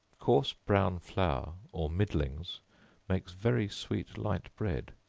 coarse brown flour or middlings makes very sweet light bread,